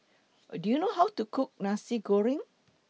Do YOU know How to Cook Nasi Goreng